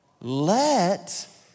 Let